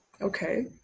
okay